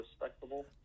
respectable